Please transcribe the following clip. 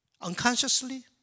Unconsciously